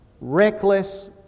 reckless